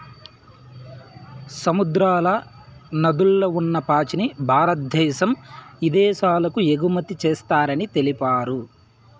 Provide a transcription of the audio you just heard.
సముద్రాల, నదుల్ల ఉన్ని పాచిని భారద్దేశం ఇదేశాలకు ఎగుమతి చేస్తారని తెలిపారు